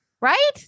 Right